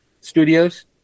Studios